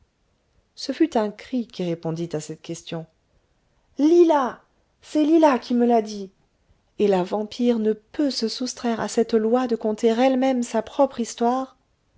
ce fut un cri qui répondit à cette question lila c'est lila qui me l'a dit et la vampire ne peut se soustraire à cette loi de conter elle-même sa propre histoire